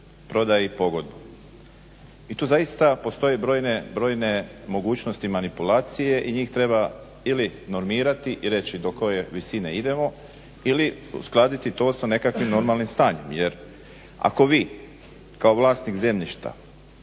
prodaji i pogodbi. I tu zaista postoje brojne mogućnosti manipulacije i njih treba ili normirati i reći do koje visine idemo, ili uskladiti to sa nekakvim normalnim stanjem. Jer ako vi kao vlasnik zemljišta